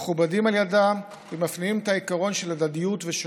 מכובדים על ידם ומפנימים את העיקרון של הדדיות ושלום.